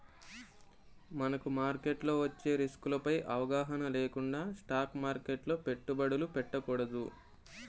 మనకు మార్కెట్లో వచ్చే రిస్కులపై అవగాహన లేకుండా స్టాక్ మార్కెట్లో పెట్టుబడులు పెట్టకూడదు